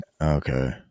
Okay